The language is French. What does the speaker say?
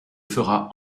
fera